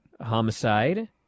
Homicide